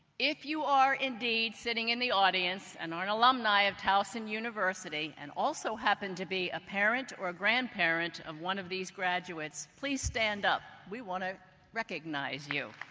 if you are indeed sitting in the audience and are alumni of towson university and also happen to be a parent or a grandparent of one of these graduates, please stand up. we want to recognize you.